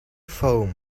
foam